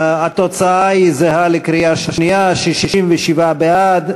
התוצאה זהה לקריאה השנייה: 67 בעד,